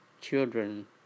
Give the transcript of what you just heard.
children